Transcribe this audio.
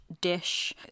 dish